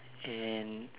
and